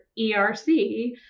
ERC